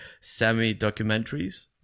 semi-documentaries